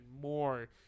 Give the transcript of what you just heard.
more